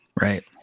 Right